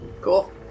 Cool